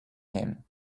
him